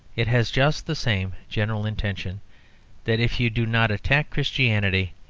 it has just the same general intention that if you do not attack christianity,